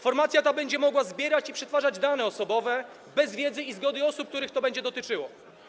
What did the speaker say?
Formacja ta będzie mogła zbierać i przetwarzać dane osobowe bez wiedzy i zgody osób, których to będzie dotyczyło.